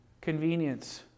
Convenience